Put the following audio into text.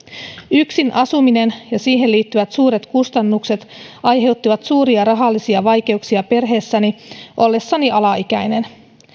yksin asuminen ja siihen liittyvät suuret kustannukset aiheuttivat suuria rahallisia vaikeuksia perheessäni ollessani alaikäinen